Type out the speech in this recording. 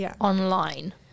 online